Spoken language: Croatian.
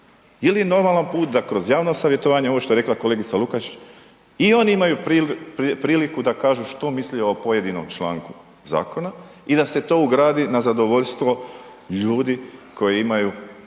ili normalan put da kroz javno savjetovanje, ovo što je rekla kolegica Lukačić i oni imaju priliku da kažu što misle o pojedinom članku zakona i da se to ugradi na zadovoljstvo ljudi koji imaju